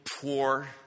poor